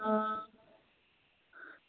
हां